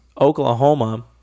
Oklahoma